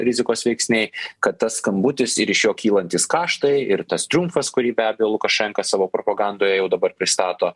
rizikos veiksniai kad tas skambutis ir iš jo kylantys kaštai ir tas triumfas kurį be abejo lukašenka savo propagandoje jau dabar pristato